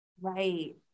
Right